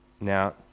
Now